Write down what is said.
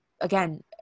again